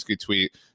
tweet